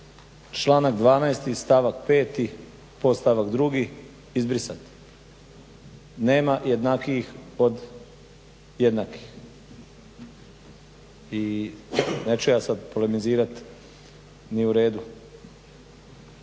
članak 12. stavak 5. podstavak 2. izbrisati. Nema jednakijih od jednakih. I neću ja sad polemizirati, nije u redu